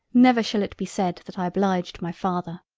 never shall it be said that i obliged my father.